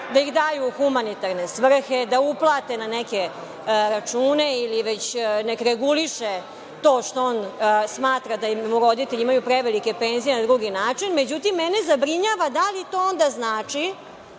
da ih daju u humanitarne svrhe, da uplate na neke račune ili već neka reguliše to što on smatra da mu roditelji imaju prevelike penzije na drugi način. Međutim, mene zabrinjava, da li to ona znači